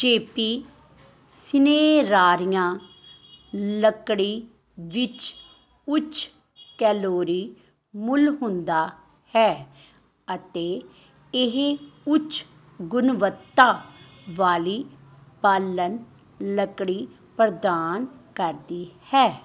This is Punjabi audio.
ਜੇ ਪੀ ਸਿਨੇਰਾਰੀਆਂ ਲੱਕੜੀ ਵਿੱਚ ਉੱਚ ਕੈਲੋਰੀ ਮੁੱਲ ਹੁੰਦਾ ਹੈ ਅਤੇ ਇਹ ਉੱਚ ਗੁਣਵੱਤਾ ਵਾਲੀ ਬਾਲਣ ਲੱਕੜੀ ਪ੍ਰਦਾਨ ਕਰਦੀ ਹੈ